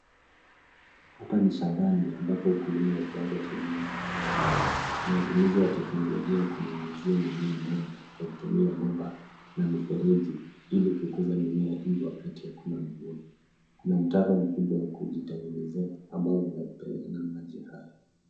Hapa ni shambani ambapo ukulima wa kiwango cha juu unaendelea. Kuna utumizi wa teknolojia ya kunyunyizia mimea maji kwa kutumia bomba na mifereji ili kukuza mimea hii wakati hakuna mvua. Kuna mtaro mkubwa wa kujitengenezea ambao unapeana maji haya.